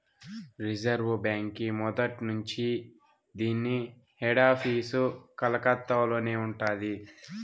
reserve బాంకీ మొదట్నుంచీ దీన్ని హెడాపీసు కలకత్తలోనే ఉండాది